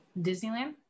Disneyland